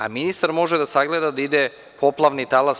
A, ministar može da sagleda da ide poplavni talas.